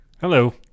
Hello